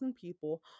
people